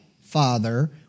Father